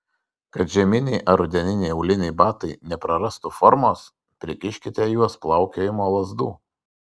kad žieminiai ar rudeniniai auliniai batai neprarastų formos prikiškite į juos plaukiojimo lazdų